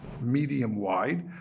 medium-wide